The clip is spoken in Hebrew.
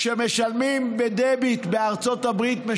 כשמשלמים בדביט בארצות הברית,